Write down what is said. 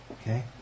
Okay